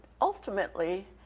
ultimately